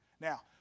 Now